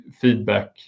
feedback